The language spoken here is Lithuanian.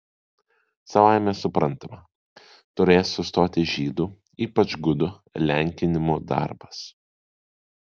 savaime suprantama turės sustoti žydų ypač gudų lenkinimo darbas